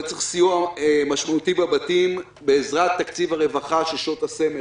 צריך סיוע משמעותי בבתים בעזרת תקציב הרווחה של שעות הסמך.